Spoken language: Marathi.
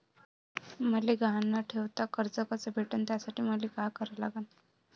मले गहान न ठेवता कर्ज कस भेटन त्यासाठी मले का करा लागन?